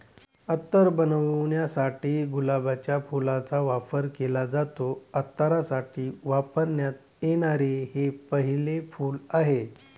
अत्तर बनवण्यासाठी गुलाबाच्या फुलाचा वापर केला जातो, अत्तरासाठी वापरण्यात येणारे हे पहिले फूल आहे